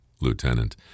lieutenant